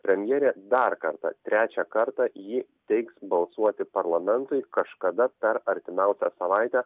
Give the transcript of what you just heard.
premjerė dar kartą trečią kartą jį teiks balsuoti parlamentui kažkada per artimiausią savaitę